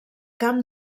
camp